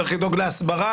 צריך לדאוג להסברה,